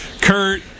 Kurt